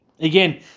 Again